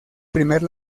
primer